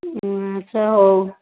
ଆଚ୍ଛା ହଉ